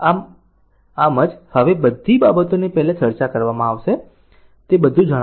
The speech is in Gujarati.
આમ આમ જ હવે આ બધી બાબતોની પહેલાં ચર્ચા કરવામાં આવશે તે બધું જાણશે